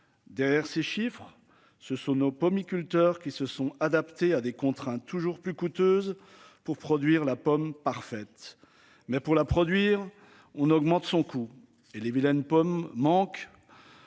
Derrière ces chiffres, ce sont nos pomiculteurs qui se sont adaptés à des contraintes toujours plus coûteuses pour produire la pomme parfaite mais pour la produire, on augmente son coût et les vilaines pomme manque.